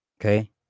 Okay